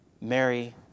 Mary